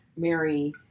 Mary